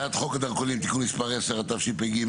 הצעת חוק הדרכונים (תיקון מס' 10), התשפ"ג-2023,